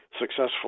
successful